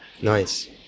Nice